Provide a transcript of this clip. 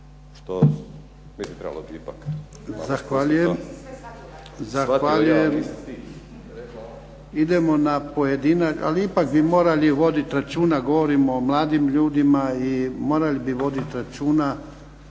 što mislim trebalo bi ipak.